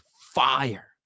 fire